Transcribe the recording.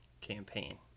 campaign